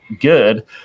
good